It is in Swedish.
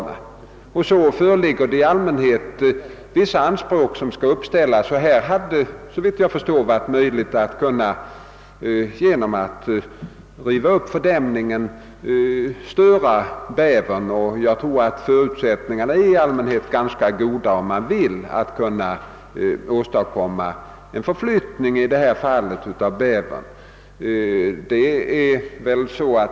Såvitt jag förstår hade det i det fall herr Lorentzon här påtalat varit möjligt att riva upp fördämningen och på det sättet störa bävern. Om man vill få bävern att flytta till andra marker tror jag att förutsättningarna för det i re gel är ganska goda.